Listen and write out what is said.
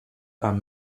are